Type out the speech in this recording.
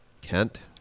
Kent